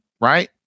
right